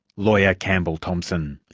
lawyer, campbell thompson.